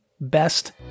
best